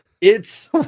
it's-